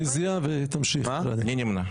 אני נמנע.